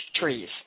trees